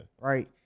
right